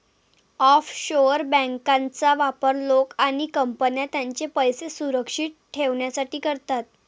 offshore बँकांचा वापर लोक आणि कंपन्या त्यांचे पैसे सुरक्षित ठेवण्यासाठी करतात